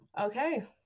Okay